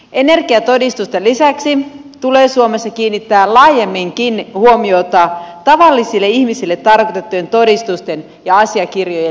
energiatodistusten lisäksi tulee suomessa kiinnittää laajemminkin huomiota tavallisille ihmisille tarkoitettujen todistusten ja asiakirjojen selkokielisyyteen